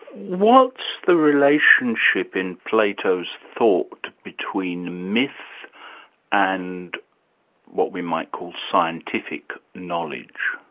what's the relationship in plato's thought between myth and what we might call scientific knowledge?